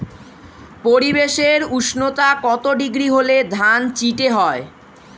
পরিবেশের উষ্ণতা কত ডিগ্রি হলে ধান চিটে হয়?